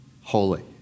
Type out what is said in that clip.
holy